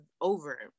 over